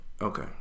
Okay